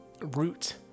root